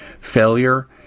failure